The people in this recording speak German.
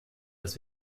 das